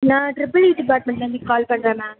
நான் triple E டிப்பார்ட்மெண்ட்லேருந்து call பண்ணுறேன் மேம்